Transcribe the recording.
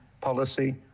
policy